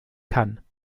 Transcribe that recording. kann